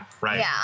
right